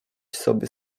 sobie